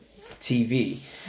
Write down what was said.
TV